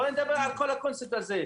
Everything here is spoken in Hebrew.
אז בואו נדבר על כל הקונספט הזה.